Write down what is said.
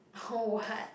[ho] what